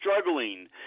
struggling